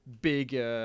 big